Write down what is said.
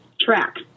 track